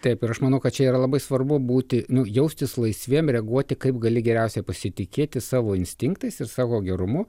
taip ir aš manau kad čia yra labai svarbu būti nu jaustis laisviems reaguoti kaip gali geriausia pasitikėti savo instinktais ir savo gerumu